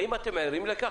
האם אתם ערים לכך?